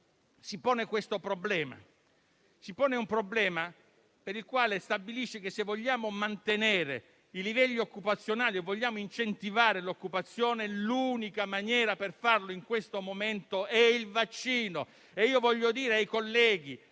si pone proprio questo problema, per cui stabilisce che se vogliamo mantenere i livelli occupazionali ed incentivare l'occupazione, l'unica maniera per farlo in questo momento è il vaccino. Voglio dire ai colleghi